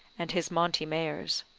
and his monte mayors.